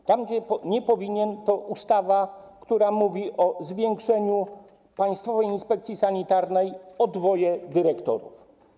Miejscem, gdzie nie powinien szukać, jest ustawa, która mówi o zwiększeniu Państwowej Inspekcji Sanitarnej o dwoje dyrektorów.